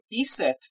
ESET